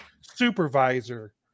supervisor